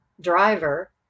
driver